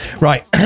Right